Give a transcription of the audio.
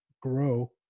grow